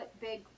big